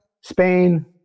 Spain